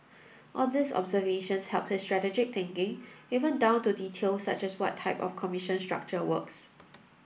all these observations helped his strategic thinking even down to details such as what type of commission structure works